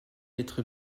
être